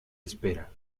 espera